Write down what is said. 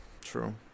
true